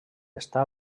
està